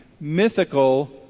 mythical